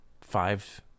five